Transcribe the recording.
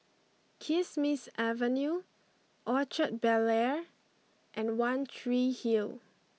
Kismis Avenue Orchard Bel Air and One Tree Hill